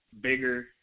bigger